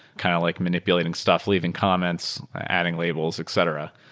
kind of like manipulating stuff, leaving comments, adding labels, etc.